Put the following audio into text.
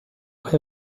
rêve